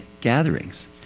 gatherings